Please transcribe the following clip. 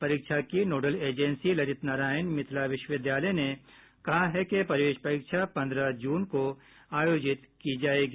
परीक्षा की nodal agency Lalit Narayan Mithila Vishwavidyalaya ने कहा है कि प्रवेश परीक्षा पन्द्रह जून को आयोजित की जायेगी